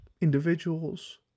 Individuals